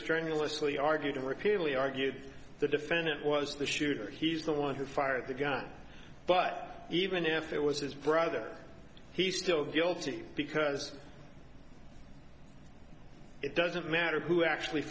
strenuously argued repeatedly argued the defendant was the shooter he's the one who fired the gun but even if it was his brother he still guilty because it doesn't matter who actually